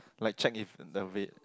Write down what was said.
like check if the va~